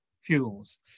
fuels